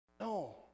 No